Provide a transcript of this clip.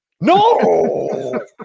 No